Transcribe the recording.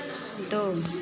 दो